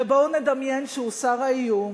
בואו נדמיין שהוסר האיום,